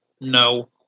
No